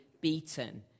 beaten